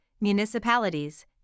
municipalities